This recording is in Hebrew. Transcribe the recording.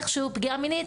איכשהו פגיעה מינית,